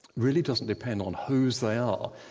really doesn't depend on whose they are.